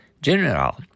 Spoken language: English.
General